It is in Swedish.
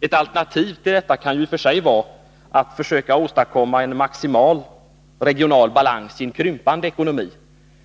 Ett alternativ till detta kan i och för sig vara att försöka åstadkomma en maximal regional balans i en krympande ekonomi.